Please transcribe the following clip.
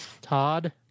Todd